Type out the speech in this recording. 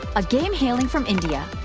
a game hailing from india,